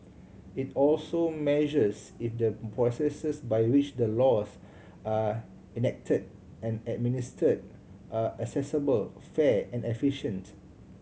it also measures if the processes by which the laws are enacted and administered are accessible fair and efficient